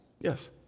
Yes